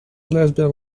lesbian